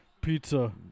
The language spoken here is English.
pizza